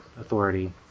authority